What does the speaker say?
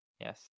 Yes